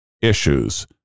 issues